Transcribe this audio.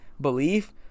belief